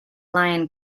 lion